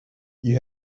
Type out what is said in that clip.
you